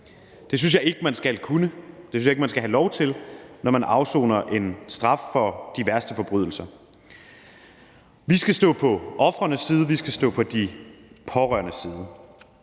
Det synes jeg ikke man skal kunne, det synes jeg ikke man skal have lov til, når man afsoner en straf for de værste forbrydelser. Vi skal stå på ofrenes side, vi skal stå på de pårørendes side.